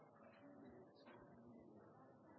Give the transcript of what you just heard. det er godt gjort